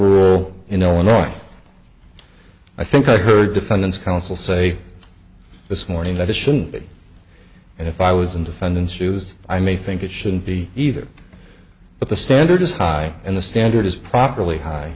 rule in illinois i think i heard defendant's counsel say this morning that it shouldn't be and if i was in defendant's shoes i may think it shouldn't be either but the standard is high and the standard is properly high